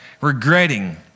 regretting